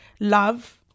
love